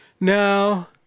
Now